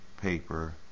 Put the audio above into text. paper